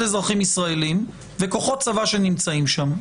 אזרחים ישראלים וכוחות צבא שנמצאים שם,